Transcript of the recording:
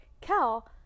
Cal